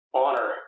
honor